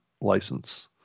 license